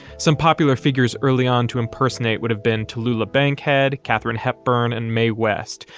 some popular figures early on to impersonate would have been tallulah bankhead, katharine hepburn and mae west,